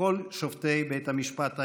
וכל שופטי בית המשפט העליון,